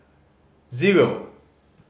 zero